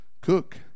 cook